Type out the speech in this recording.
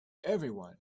everyone